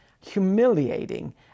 humiliating